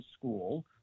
school